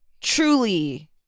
truly